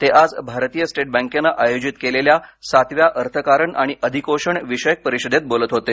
ते आज भारतीय स्टेट बँकेनं आयोजित केलेल्या सातव्या अर्थकारण आणि अधिकोषणविषयक परिषदेत बोलत होते